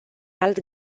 alt